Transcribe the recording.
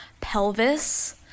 pelvis